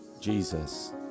jesus